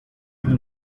will